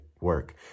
work